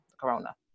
Corona